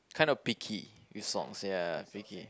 kind of picky this songs ya picky